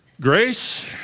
Grace